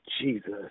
Jesus